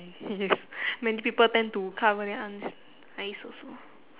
yes many people tend to cover their eye~ eyes also